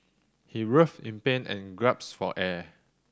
he writhed in pain and gasped for air